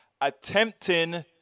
attempting